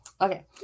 Okay